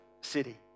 city